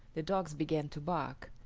the dogs began to bark,